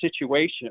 situation